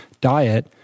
diet